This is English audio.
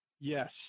Yes